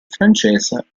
francese